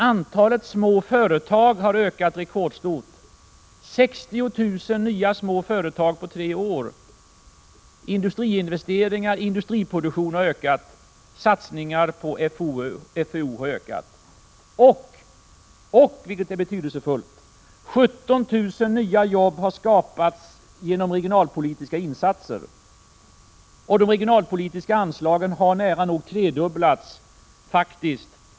Antalet små företag har ökat rekordartat — 60 000 nya små företag på tre år. Industriinvesteringar och industriproduktion har ökat. Satsningar på fou har ökat. Och — vilket är betydelsefullt — 17 000 nya jobb har skapats genom regionalpolitiska insatser, och de regionalpolitiska anslagen har nära nog tredubblats.